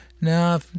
Now